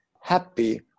happy